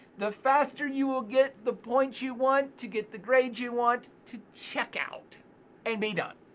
the faster you will get the points you want to get the grades you want. to check out and be done.